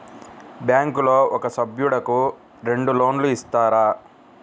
బ్యాంకులో ఒక సభ్యుడకు రెండు లోన్లు ఇస్తారా?